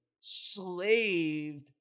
slaved